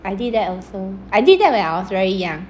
I did that also I did that when I was very young